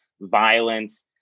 violence